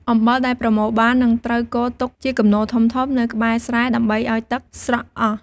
អំបិលដែលប្រមូលបាន នឹងត្រូវគរទុកជាគំនរធំៗនៅក្បែរស្រែដើម្បីឱ្យទឹកស្រក់អស់។